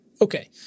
Okay